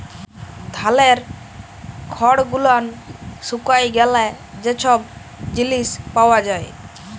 ধালের খড় গুলান শুকায় গ্যালে যা ছব জিলিস পাওয়া যায়